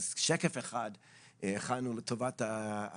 אז הכנו שקף אחד לטובת הדיון,